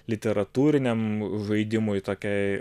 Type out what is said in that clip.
literatūriniam žaidimui tokiai